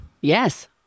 Yes